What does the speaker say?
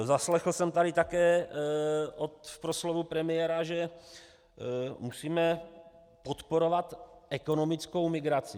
Zaslechl jsem tady také v proslovu premiéra, že musíme podporovat ekonomickou migraci.